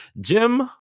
Jim